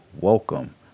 welcome